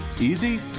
easy